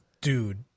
dude